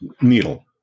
needle